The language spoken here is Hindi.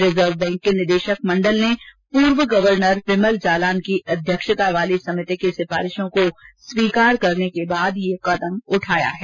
रिजर्व बैंक के निदेशक मंडल ने पूर्व गवर्नर बिमल जालान की अध्यक्षता वाली समिति की सिफारिशों को स्वीकार करने के बाद यह कदम उठाया है